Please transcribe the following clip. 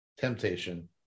Temptation